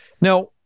Now